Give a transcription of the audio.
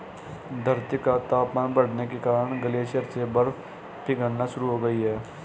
धरती का तापमान बढ़ने के कारण ग्लेशियर से बर्फ पिघलना शुरू हो गयी है